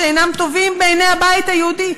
שאינם טובים בעיני הבית היהודי,